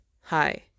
hi